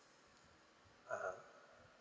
(uh huh)